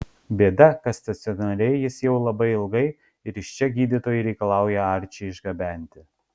bėda kas stacionare jis jau labai ilgai ir iš čia gydytojai reikalauja arčį išgabenti